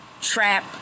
Trap